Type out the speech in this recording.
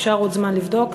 אפשר עוד זמן לבדוק.